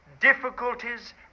difficulties